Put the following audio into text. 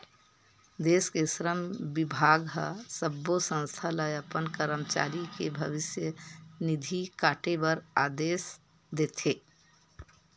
देस के श्रम बिभाग ह सब्बो संस्था ल अपन करमचारी के भविस्य निधि काटे बर आदेस देथे